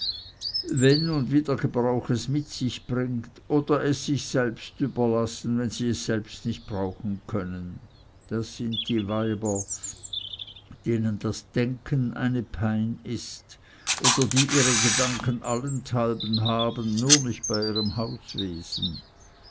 wenn und wie der gebrauch es mit sich bringt oder es sich selbst überlassen wenn sie es nicht selbst brauchen können das sind die weiber denen das denken eine pein ist oder die ihre gedanken allenthalben haben nur nicht bei ihrem